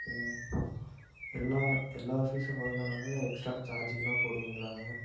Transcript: ஏங்க எல்லா எல்லா ஃபீஸும் அவ்வளோதானாங்க இல்லை எக்ஸ்ரா சார்ஜிகினா போடுவீங்களாங்க